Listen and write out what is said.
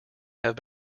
have